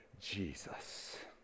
Jesus